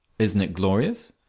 isn't it glorious?